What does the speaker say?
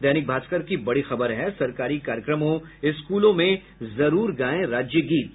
दैनिक भास्कर की बड़ी खबर है सरकारी कार्यक्रमों स्कूलों में जरूर गाएं राज्य गीत